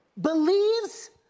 believes